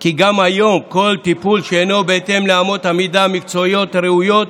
כי גם היום כל טיפול שאינו בהתאם לאמות המידה המקצועיות הראויות